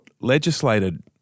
legislated